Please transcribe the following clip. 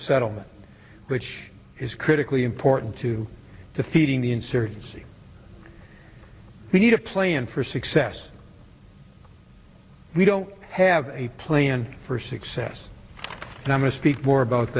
settlement which is critically important to defeating the insurgency we need a plan for success we don't have a plan for success and i'm a speak more about